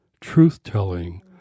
truth-telling